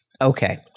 okay